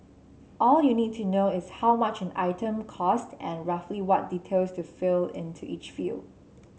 all you need to know is how much an item costs and roughly what details to fill into each field